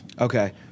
Okay